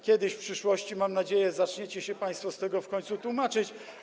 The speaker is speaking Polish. Kiedyś, w przyszłości, mam nadzieję, zaczniecie się państwo z tego w końcu tłumaczyć.